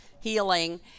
healing